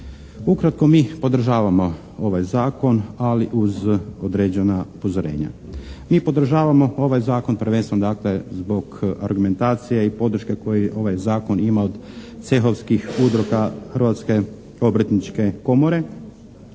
Ukratko, mi podržavamo ovaj zakon ali uz određena upozorenja. Mi podržavamo ovaj zakon prvenstveno dakle, zbog argumentacije i podrške koju ovaj zakon ima od cehovskih udruga Hrvatske obrtničke komore